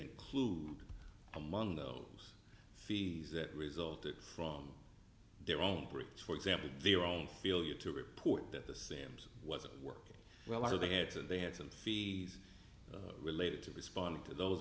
include among those fees that resulted from their own breach for example their own failure to report that the sams wasn't working well are they had to they had some fees related to responding to those